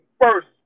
first